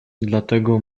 dlatego